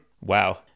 Wow